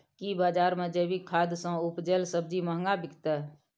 की बजार मे जैविक खाद सॅ उपजेल सब्जी महंगा बिकतै?